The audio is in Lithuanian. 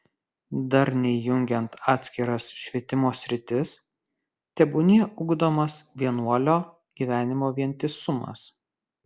darniai jungiant atskiras švietimo sritis tebūnie ugdomas vienuolio gyvenimo vientisumas